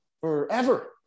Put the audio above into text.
forever